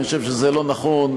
אני חושב שזה לא נכון,